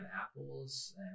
apples